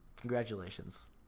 congratulations